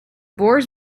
bores